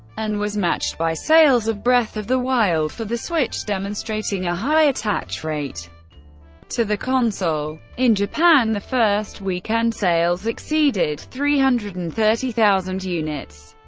and was matched by sales of breath of the wild for the switch, demonstrating a high attach rate to the console. in japan, japan, the first-weekend sales exceeded three hundred and thirty thousand units,